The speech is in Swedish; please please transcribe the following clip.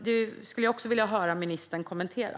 Det skulle jag också vilja höra ministern kommentera.